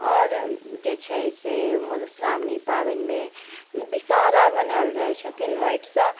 आओर जे छै से मधुश्रावणी पाबनि मे विषहरा बनायल जाइ छथिन माटि सँ